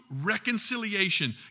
reconciliation